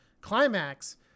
climax